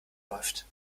läuft